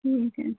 ठीक है